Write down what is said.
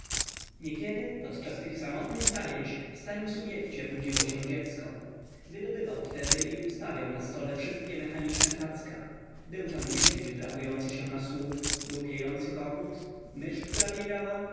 niekiedy podczas tych samotnych zajęć w starym subjekcie budziło się dziecko wydobywał wtedy i ustawiał na stole wszystkie mechaniczne cacka był tam niedźwiedź wdrapujący się na słup był piejący kogut mysz która biegała